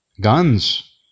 guns